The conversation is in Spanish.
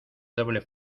doble